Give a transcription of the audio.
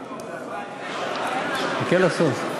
יודעים, חכה לסוף.